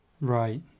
Right